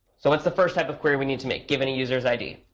so what's the first type of query we need to make, given a user's id?